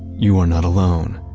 you are not alone.